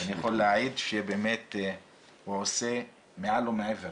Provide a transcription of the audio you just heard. אני יכול להעיד שהוא באמת עושה מעל ומעבר